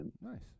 Nice